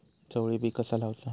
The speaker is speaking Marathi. चवळी पीक कसा लावचा?